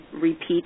repeat